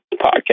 podcast